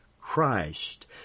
Christ